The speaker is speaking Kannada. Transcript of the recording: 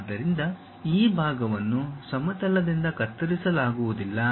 ಆದ್ದರಿಂದ ಈ ಭಾಗವನ್ನು ಸಮತಲದಿಂದ ಕತ್ತರಿಸಲಾಗುವುದಿಲ್ಲ